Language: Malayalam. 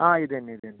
ആ ഇത് തന്നെ ഇത് തന്നെ